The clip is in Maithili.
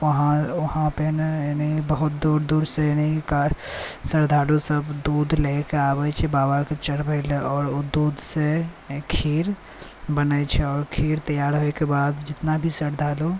वहाँपे ने बहुत दूर दूरसँ हिनकर श्रद्धालूसभ दूध लयके आबैत छै बाबाकेँ चढ़बैले आओर ओ दूधसे खीर बनैत छै और खीर तैआर होइके बाद जितना भी श्रद्धालू